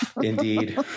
indeed